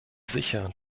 sicher